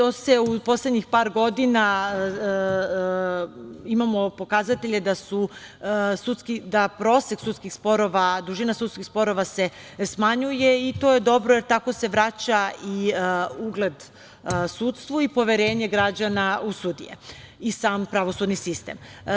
U poslednjih par godina imamo pokazatelje da prosek dužine sudskih sporova se smanjuje i to je dobro, jer tako se vraća i ugled sudstvu i poverenje građana u sudije i sam pravosudni sistem.